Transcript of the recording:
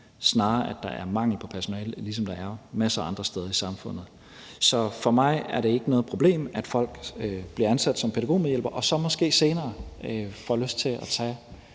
snarere, at der er mangel på personale, ligesom der er det masser af andre steder i samfundet. Så for mig er det ikke noget problem, at folk bliver ansat som pædagogmedhjælpere, og at de så måske senere får lyst til at tage